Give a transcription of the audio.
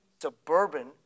suburban